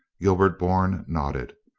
gilbert bourne nod ded.